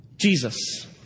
Jesus